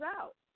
out